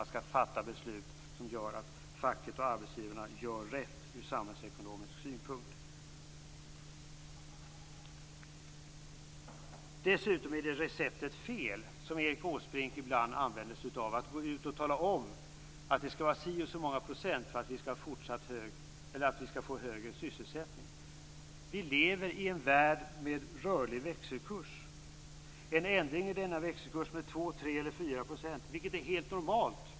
Man skall fatta beslut som gör att facket och arbetsgivarna gör rätt ur samhällsekonomisk synpunkt. Det är fel recept som Erik Åsbrink ibland använder sig av, dvs. att säga att det skall vara si och så många procent för att få en högre sysselsättning.